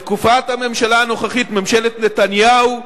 בתקופת הממשלה הנוכחית, ממשלת נתניהו,